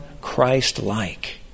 Christ-like